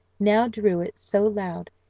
now drew it so loud,